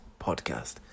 podcast